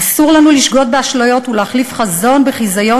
אסור לנו לשגות באשליות ולהחליף חזון בחיזיון